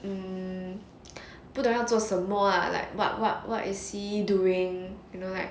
um 不懂要做什么 ah like what what what is he doing you know like